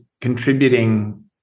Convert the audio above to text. contributing